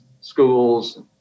schools